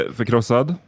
förkrossad